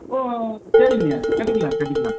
ஓ சரிங்க கட்டிக்கலாம் கட்டிக்கலாம்